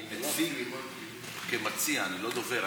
אני מציג כמציע, אני לא דובר.